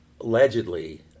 Allegedly